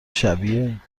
شبیه